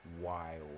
wild